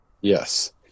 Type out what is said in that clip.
Yes